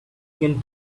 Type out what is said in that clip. can